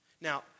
Now